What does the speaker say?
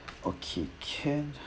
okay can